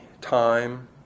time